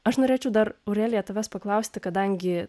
aš norėčiau dar aurelija tavęs paklausti kadangi